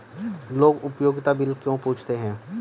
लोग उपयोगिता बिल क्यों पूछते हैं?